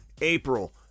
April